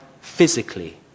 physically